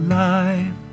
life